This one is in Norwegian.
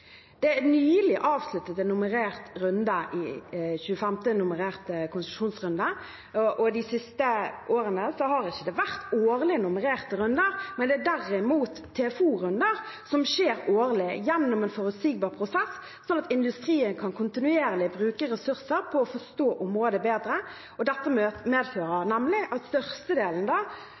Det er nylig avsluttet en nummerert runde, den 25. nummererte konsesjonsrunde. De siste årene har det ikke vært årlig nummererte runder, men det er derimot TFO-runder som skjer årlig gjennom en forutsigbar prosess, sånn at industrien kontinuerlig kan bruke ressurser på å forstå området bedre. Dette medfører at størstedelen av letingen på norsk sokkel skjer innenfor TFO-området, og